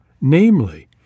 namely